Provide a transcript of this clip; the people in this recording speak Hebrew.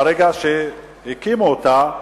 ברגע שהקימו אותה,